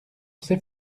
ces